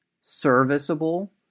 serviceable